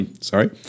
Sorry